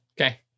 Okay